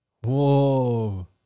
Whoa